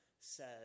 says